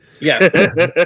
Yes